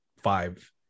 five